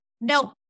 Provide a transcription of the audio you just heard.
nope